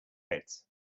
heads